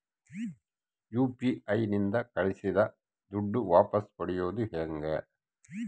UPI ನಿಂದ ಕಳುಹಿಸಿದ ದುಡ್ಡು ವಾಪಸ್ ಪಡೆಯೋದು ಹೆಂಗ?